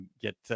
get